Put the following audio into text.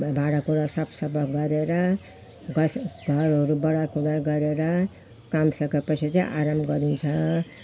भाँडा कुँडा साफ सफा गरेर घस घरहरू बढार कुँढार गरेर काम सके पछि चाहिँ आराम गरिन्छ